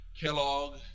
Kellogg